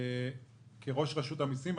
כראש רשות המסים,